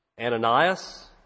Ananias